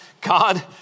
God